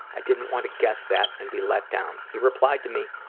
i didn't want to guess that and be let down. he replied to me,